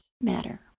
matter